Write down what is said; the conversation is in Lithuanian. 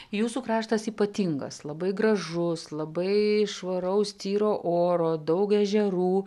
jūsų kraštas ypatingas labai gražus labai švaraus tyro oro daug ežerų